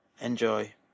Enjoy